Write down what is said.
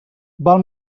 val